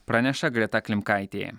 praneša greta klimkaitė